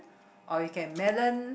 or you can melon